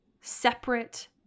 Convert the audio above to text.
separate